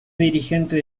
dirigente